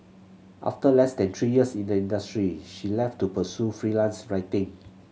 after less than three years in the industry she left to pursue freelance writing